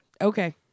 Okay